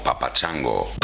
papachango